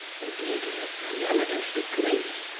indeed, in a pre-eminent degree,